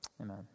Amen